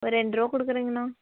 ஒரு ரெண்டுரூவா கொடுக்குறேங்கண்ணா